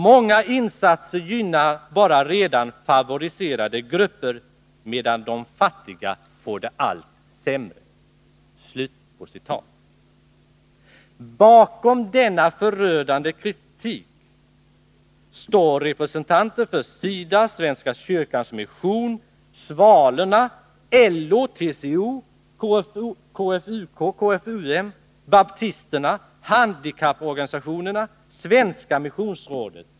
Många insatser gynnar bara redan favoriserade grupper medan de fattiga får det allt sämre.” Bakom denna förödande kritik står representanter för SIDA, Svenska kyrkans mission, Svalorna, LO, TCO, KFUK, KFUM, baptisterna, handikapporganisationerna, Svenska missionsrådet.